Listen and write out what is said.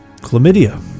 chlamydia